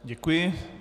Děkuji.